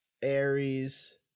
Aries